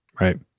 Right